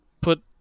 put